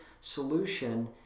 solution